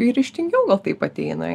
ryžtingiau gal taip ateina